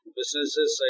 businesses